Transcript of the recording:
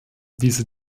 diese